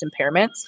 impairments